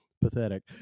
pathetic